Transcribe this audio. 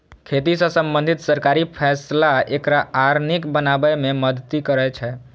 खेती सं संबंधित सरकारी फैसला एकरा आर नीक बनाबै मे मदति करै छै